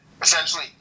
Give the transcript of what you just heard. essentially